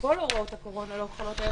שכל הוראות הקורונה לא חלות עליה,